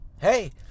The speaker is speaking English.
hey